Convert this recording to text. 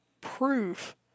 proof